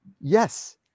Yes